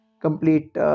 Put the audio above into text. complete